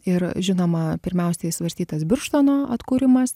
ir žinoma pirmiausiai svarstytas birštono atkūrimas